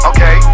Okay